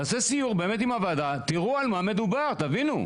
שתעשה סיור עם הוועדה ותראו על מה מדובר ותבינו.